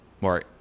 more